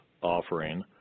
offering